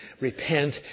repent